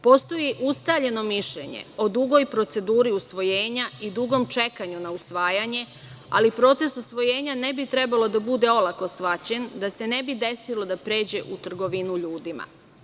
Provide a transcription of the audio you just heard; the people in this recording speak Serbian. Postoji ustaljeno mišljenje o dugoj proceduri usvojenja i dugom čekanju na usvajanje, ali proces usvojenja ne bi trebalo da bude olako shvaćen, da se ne bi desilo da pređe u trgovinu ljudima.